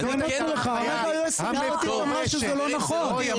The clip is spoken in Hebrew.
היועצת המשפטית אמרה שזה לא נכון.